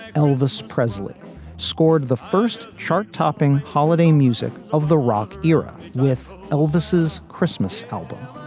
elvis presley scored the first chart topping holiday music of the rock era with elvis's christmas album.